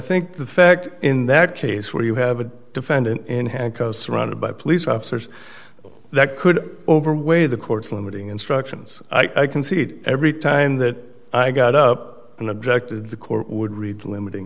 think the fact in that case where you have a defendant in handcuffs surrounded by police officers that could overweigh the court's limiting instructions i can see every time that i got up and objected the court would read limiting